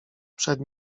przed